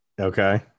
Okay